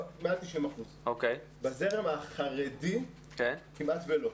מעל 90%. בזרם החרדי כמעט ולא.